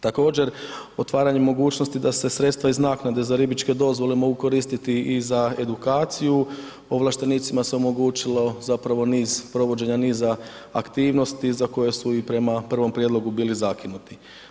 Također otvaranje mogućnosti da se sredstva iz naknade za ribičke dozvole mogu koristiti i za edukaciju, ovlaštenicima se omogućilo zapravo niz, provođenja niza aktivnosti za koje su prema prvom prijedlogu bili zakinuti.